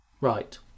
right